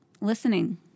listening